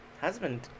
husband